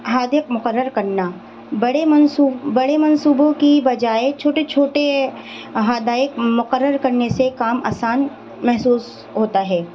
ہدف مقرر کرنا بڑے بڑے منصوبوں کی بجائے چھوٹے چھوٹے ہدف مقرر کرنے سے کام آسان محسوس ہوتا ہے